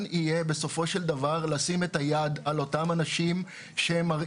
יהיה בסופו של דבר לשים את היד על אותם אנשים שמרעילים.